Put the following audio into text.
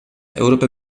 europa